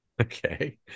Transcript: Okay